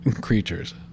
creatures